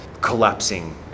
collapsing